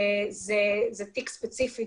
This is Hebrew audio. זה תיק ספציפי